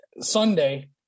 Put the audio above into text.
Sunday